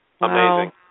Amazing